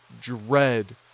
dread